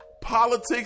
Politics